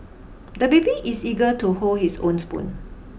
the baby is eager to hold his own spoon